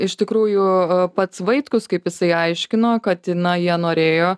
iš tikrųjų pats vaitkus kaip jisai aiškino kad na jie norėjo